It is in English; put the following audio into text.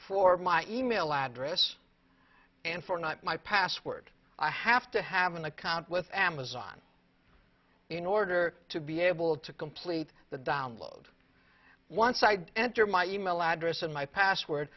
for my email address and for not my password i have to have an account with amazon in order to be able to complete the download one side enter my email address and my password